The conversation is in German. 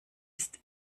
ist